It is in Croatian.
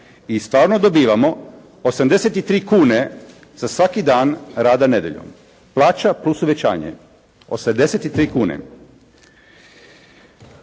I stvarno dobivamo 83 kune za svaki dan rada nedjeljom. Plaća plus uvećanje. 83 kune.